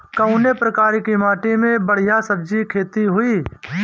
कवने प्रकार की माटी में बढ़िया सब्जी खेती हुई?